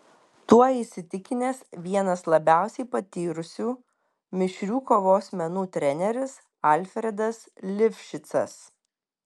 tuo įsitikinęs vienas labiausiai patyrusių mišrių kovos menų treneris alfredas lifšicas